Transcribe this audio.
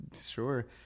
Sure